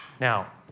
now